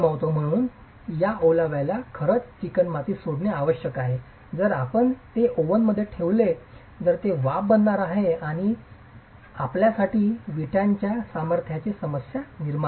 म्हणूनच या ओलावाला खरंच चिकणमाती सोडणे आवश्यक आहे जर आपण ते ओव्हनमध्ये ठेवले तर जे वाफ बनणार आहे आणि आपल्यासाठी वीटच्या सामर्थ्याने समस्या निर्माण करेल